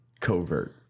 covert